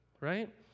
right